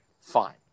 Fine